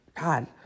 God